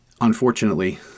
unfortunately